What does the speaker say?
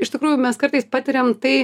iš tikrųjų mes kartais patiriam tai